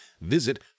visit